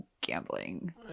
gambling